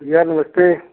भैया नमस्ते